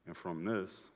from this